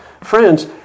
Friends